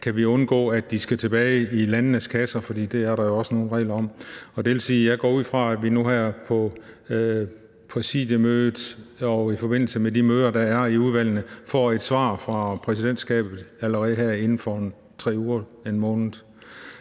Kan vi undgå, at de skal tilbage i landenes kasser? For det er der jo også nogle regler om. Det vil sige, at jeg går ud fra, at vi nu her på præsidiemødet og i forbindelse med de møder, der er i udvalgene, får et svar fra præsidentskabet allerede her inden for en 3 uger elle en måned.